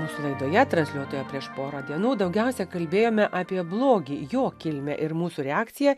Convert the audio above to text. mūsų laidoje transliuotoje prieš porą dienų daugiausia kalbėjome apie blogį jo kilmę ir mūsų reakciją